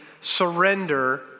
surrender